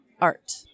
Art